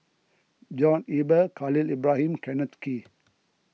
John Eber Khalil Ibrahim and Kenneth Kee